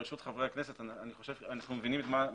ברשות חברי הכנסת, אנחנו מבינים את מה שרוצים,